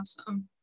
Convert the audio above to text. Awesome